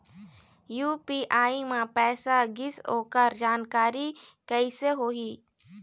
UPI म पैसा गिस ओकर जानकारी कइसे होही?